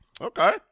Okay